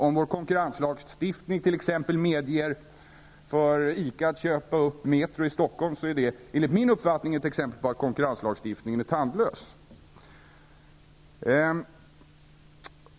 Om vår konkurrenslagstiftning medger för ICA att köpa Metro i Stockholm, är det enligt min uppfattning ett exempel på att konkurrenslagstiftningen är tandlös.